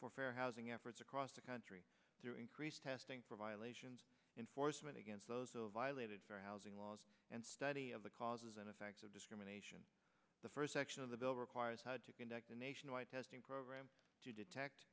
for fair housing efforts across the country through increased testing for violations enforcement against those of violated our housing laws and study of the causes and effects of discrimination the first section of the bill requires to conduct a nationwide testing program to detect